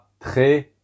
très